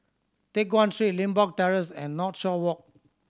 Teck Guan Street Limbok Terrace and Northshore Walk